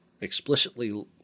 explicitly